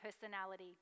personality